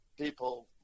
people